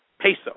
peso